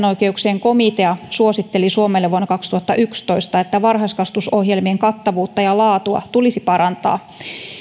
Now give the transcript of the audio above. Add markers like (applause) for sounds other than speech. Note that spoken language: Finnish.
(unintelligible) oikeuksien komitea suositteli suomelle vuonna kaksituhattayksitoista että varhaiskasvatusohjelmien kattavuutta ja laatua tulisi parantaa